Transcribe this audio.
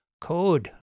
Code